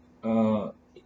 uh